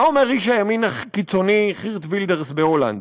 מה אומר איש הימין הקיצוני חירט וילדרס בהולנד?